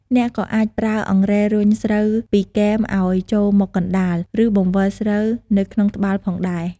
អ្នកក៏អាចប្រើអង្រែរុញស្រូវពីគែមឲ្យចូលមកកណ្តាល ឬបង្វិលស្រូវនៅក្នុងត្បាល់ផងដែរ។